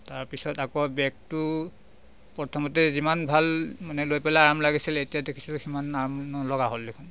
তাৰ পিছত আকৌ বেগটো প্ৰথমতে যিমান ভাল মানে লৈ পেলাই আৰাম লাগিছিলে এতিয়া দেখিছোঁ সিমান আৰাম নলগা হ'ল দেখোন